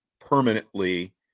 permanently